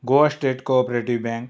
Goa state cooperative bank